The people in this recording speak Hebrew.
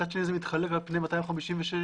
מצד שני, זה מתחלק על פני 256 רשויות.